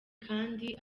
kandi